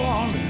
on